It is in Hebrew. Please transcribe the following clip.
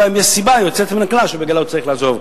אלא אם יש סיבה יוצאת מן הכלל שבגללה הוא צריך לעזוב.